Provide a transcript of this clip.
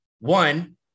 One